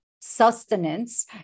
sustenance